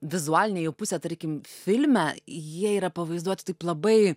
vizualinę jų pusę tarkim filme jie yra pavaizduoti taip labai